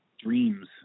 dreams